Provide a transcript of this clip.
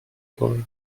paul